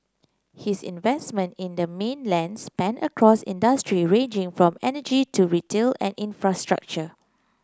his investment in the mainland span across industries ranging from energy to retail and infrastructure